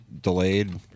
delayed